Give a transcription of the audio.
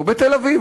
לא בתל-אביב,